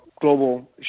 global